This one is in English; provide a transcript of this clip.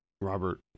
Robert